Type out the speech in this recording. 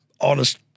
honest